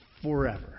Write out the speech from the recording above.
forever